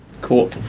Cool